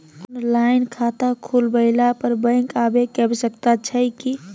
Online खाता खुलवैला पर बैंक आबै के आवश्यकता छै की?